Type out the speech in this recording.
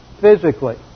physically